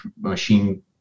machine